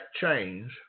change